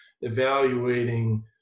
evaluating